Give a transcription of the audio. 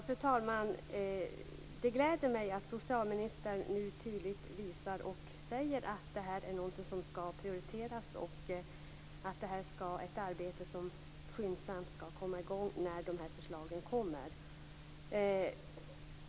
Fru talman! Det gläder mig att socialministern nu tydligt visar och säger att det här är någonting som skall prioriteras och att det är ett arbete som skyndsamt skall komma i gång när förslagen kommer.